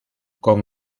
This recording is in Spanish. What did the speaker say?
con